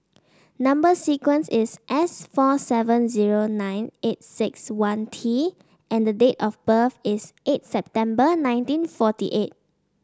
number sequence is S four seven zero nine eight six one T and the date of birth is eight September nineteen forty eight